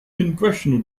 congressional